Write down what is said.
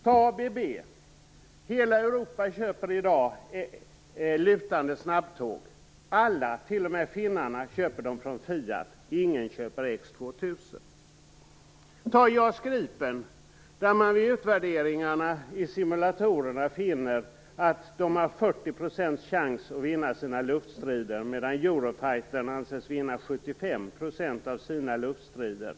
Ta ABB! Hela Europa köper i dag lutande snabbtåg. Alla, t.o.m. finländarna, köper dem från Fiat. Ingen köper X 2000. Ta JAS Gripen! Vid utvärderingar i simulatorer finner man att flygplanet har 40 % chans att vinna sina luftstrider, medan Eurofighter anses vinna 75 % av sina luftstrider.